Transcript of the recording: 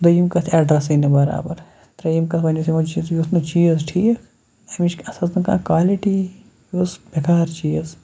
دٔیِم کَتھ اٮ۪ڈرَسٕے نہٕ بَرابَر ترٛیٚیِم کَتھ وۄنۍ یُتھ یِمو چیٖز یہِ اوس نہٕ چیٖز ٹھیٖک اَمِچ اَتھ ٲس نہٕ کانٛہہ کالٹی یہِ اوس بٮ۪کار چیٖز